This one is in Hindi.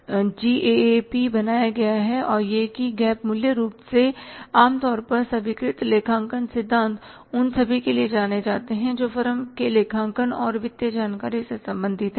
यह GAAP बनाया गया है और यह कि GAAP मूल रूप से है ये आम तौर पर स्वीकृत लेखांकन सिद्धांत उन सभी के लिए जाने जाते हैं जो फर्म के लेखांकन और वित्तीय जानकारी से संबंधित हैं